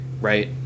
right